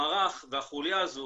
המערך והחוליה הזאת